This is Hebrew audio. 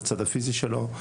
הצד הפיזי שלו.